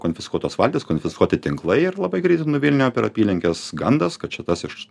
konfiskuotos valtys konfiskuoti tinklai ir labai greitai nuvilnijo per apylinkes gandas kad čia tas iš